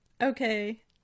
Okay